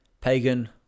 Pagan